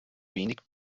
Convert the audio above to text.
wenig